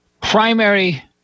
primary